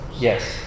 Yes